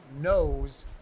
knows